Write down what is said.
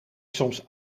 soms